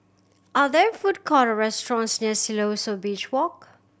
are there food court or restaurants near Siloso Beach Walk